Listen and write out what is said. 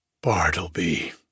Bartleby